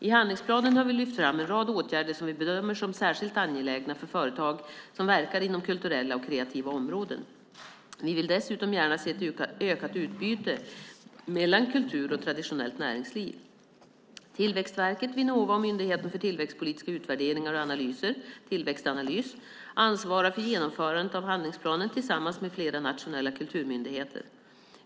I handlingsplanen har vi lyft fram en rad åtgärder som vi bedömer som särskilt angelägna för företag som verkar inom kulturella och kreativa områden. Vi vill dessutom gärna se ett ökat utbyte mellan kultur och traditionellt näringsliv. Tillväxtverket, Vinnova och Tillväxtanalys, myndigheten för tillväxtpolitiska utvärderingar och analyser, ansvarar för genomförandet av handlingsplanen tillsammans med flera nationella kulturmyndigheter.